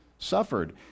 Suffered